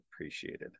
appreciated